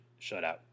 shutout